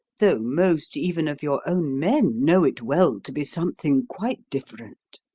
though most even of your own men know it well to be something quite different.